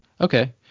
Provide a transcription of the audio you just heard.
Okay